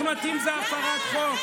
שחסימת כביש זו הפרת חוק,